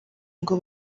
ngo